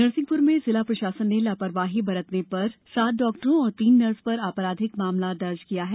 नरसिंहपुर में जिला प्रशासन ने लापरवाही बरतने पर सात डाक्टरों और तीन नर्स पर आपराधिक मामला दर्ज कराया है